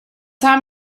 haben